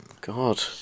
God